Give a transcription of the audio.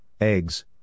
eggs